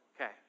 Okay